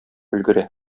өлгерә